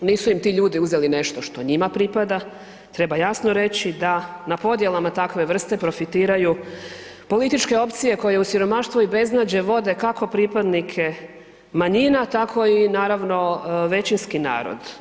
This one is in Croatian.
Nisu im ti ljudi uzeli što njima pripada, treba jasno reći da na podjelama takve vrste profitiraju političke opcije koje u siromaštvu i beznađe vode kako pripadnike manjina, tako i naravno većinski narod.